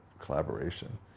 collaboration